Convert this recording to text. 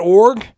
org